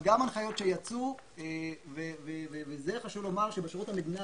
גם הנחיות שיצאו וחשוב לומר שבשירות המדינה,